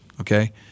okay